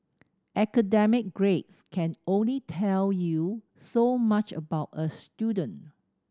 academic grades can only tell you so much about a student